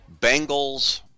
Bengals